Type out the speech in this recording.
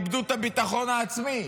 איבדו את הביטחון העצמי,